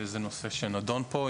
זה נושא שנדון פה.